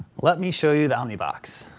let me show you the omnibox.